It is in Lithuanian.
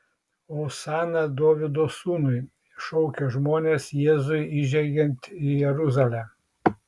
osana dovydo sūnui šaukė žmonės jėzui įžengiant į jeruzalę